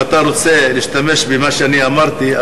אם אתה רוצה להשתמש במה שאני אמרתי,